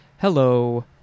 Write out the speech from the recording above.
Hello